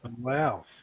Wow